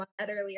earlier